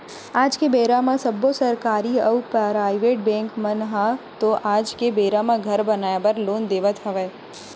आज के बेरा म सब्बो सरकारी अउ पराइबेट बेंक मन ह तो आज के बेरा म घर बनाए बर लोन देवत हवय